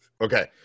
Okay